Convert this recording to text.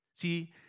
See